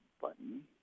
button